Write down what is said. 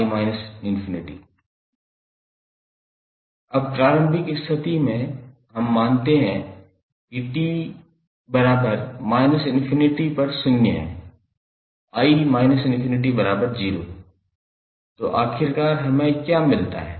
𝑖𝑡𝑖−∞ अब प्रारंभिक स्थिति में हम मानते हैं कि 𝑡−∞पर शून्य है 𝑖−∞0 है तो आखिरकार हमें क्या मिलता है